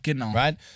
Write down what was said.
Right